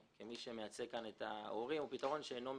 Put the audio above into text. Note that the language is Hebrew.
כמי שמייצג כאן את ההורים, הוא פתרון שאינו מקובל,